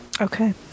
okay